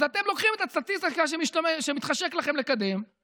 אז אתם לוקחים את הסטטיסטיקה שמתחשק לכם לקדם,